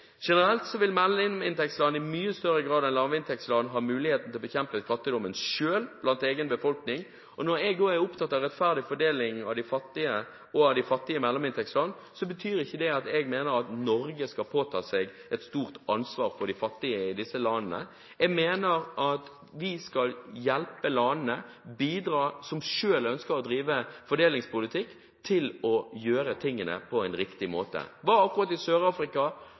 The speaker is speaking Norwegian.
Generelt vil mellominntektsland i mye større grad enn lavinntektsland selv ha mulighet til å bekjempe fattigdommen blant egen befolkning. Og når jeg er opptatt av mer rettferdig fordeling og av de fattige i mellominntektsland, betyr ikke det at jeg mener at Norge skal påta seg et stort ansvar for de fattige i disse landene. Jeg mener at vi skal hjelpe landene – som selv ønsker å drive en fordelingspolitikk – til å gjøre tingene på en riktig måte. Jeg var akkurat i